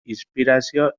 inspirazio